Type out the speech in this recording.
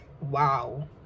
wow